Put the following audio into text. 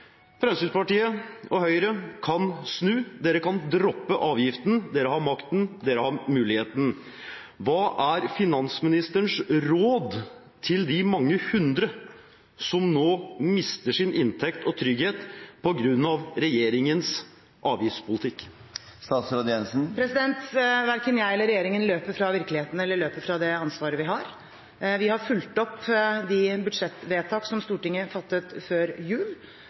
Fremskrittspartiet og Høyre kan snu. De kan droppe avgiften. De har makten, de har muligheten. Hva er finansministerens råd til de mange hundre som nå mister sin inntekt og sin trygghet på grunn av regjeringens avgiftspolitikk? Verken regjeringen eller jeg løper fra virkeligheten eller fra det ansvaret vi har. Vi har fulgt opp de budsjettvedtak som Stortinget fattet før jul.